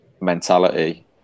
mentality